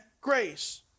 grace